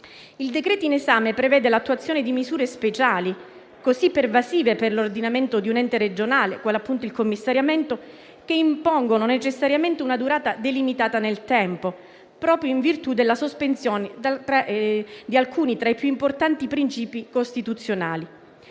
Il decreto-legge in esame prevede l'attuazione di misure speciali così pervasive per l'ordinamento di un ente regionale, quale appunto il commissariamento, che impongono necessariamente una durata delimitata nel tempo, proprio in virtù della sospensione di alcuni tra i più importanti princìpi costituzionali.